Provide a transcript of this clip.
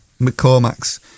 McCormack's